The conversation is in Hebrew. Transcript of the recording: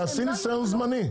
נעשה את זה זמני.